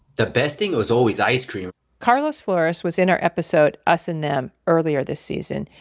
the best thing was always ice cream carlos flores was in our episode, us and them earlier this season.